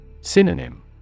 Synonym